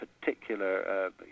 particular